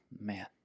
man